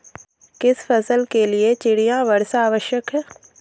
किस फसल के लिए चिड़िया वर्षा आवश्यक है?